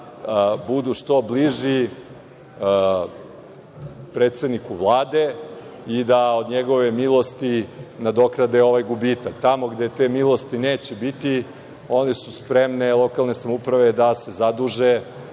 budu što bliži predsedniku Vlade i da od njegove milosti nadoknade ovaj gubitak. Tamo gde te milosti neće biti, one su spremne, lokalne samouprave, da se zaduže,